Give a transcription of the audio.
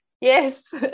Yes